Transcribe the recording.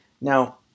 Now